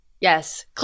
Yes